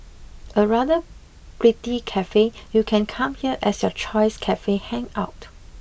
a rather pretty cafe you can come here as your choice cafe hangout